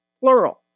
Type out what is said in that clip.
Plural